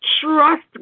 Trust